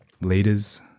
leaders